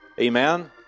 Amen